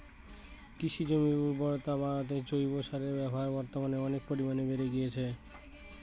কৃষিজমির উর্বরতা বাড়াতে জৈব সারের ব্যবহার বর্তমানে অনেক পরিমানে বেড়ে গিয়েছে